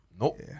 Nope